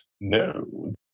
No